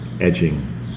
edging